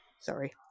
sorry